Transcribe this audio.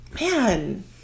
Man